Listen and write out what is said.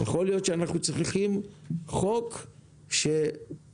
יכול להיות שאנחנו צריכים חוק שמכביד